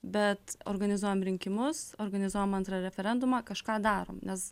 bet organizuojam rinkimus organizuojam antrą referendumą kažką darom nes